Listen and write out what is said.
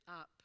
up